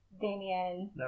Damien